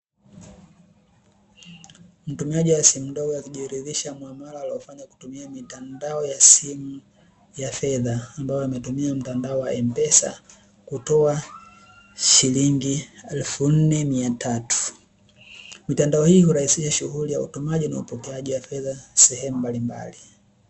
Mtumiaji wa simu ndogo akijiridhisha muamala aliofanya kutumia mitandao ya simu ya fedha, ambayo ametumia mtandao wa M-pesa kutoa shilingi elfu nne na mia tatu. Mitandao hii hurahisisha shughuli ya utumaji na upokeaji wa fedha sehemu mbalimbali .